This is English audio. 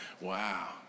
Wow